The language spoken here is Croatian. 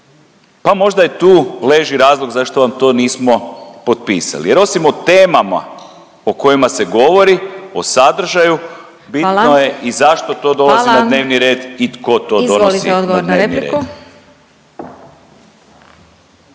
Pa možda i tu leži razlog zašto vam to nismo potpisali, jer osim o temama o kojima se govori o sadržaju … …/Upadica Glasovac: Hvala./… … bitno je i zašto to dolazi na dnevni red i tko to donosi na dnevni red.